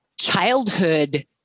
childhood